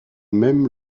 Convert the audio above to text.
même